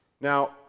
Now